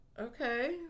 Okay